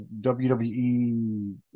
WWE